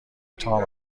تام